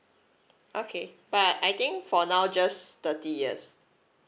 okay but I think for now just thirty years